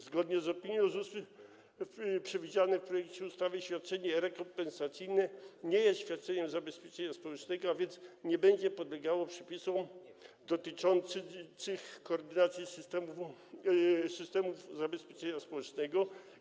Zgodnie z opinią ZUS-u przewidziane w projekcie ustawy świadczenie rekompensacyjne nie jest świadczeniem zabezpieczenia społecznego, a więc nie będzie podlegało przepisom dotyczącym koordynacji systemów zabezpieczenia społecznego.